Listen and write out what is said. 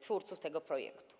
twórców tego projektu.